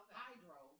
hydro